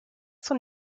son